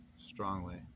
strongly